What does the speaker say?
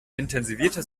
intensivierte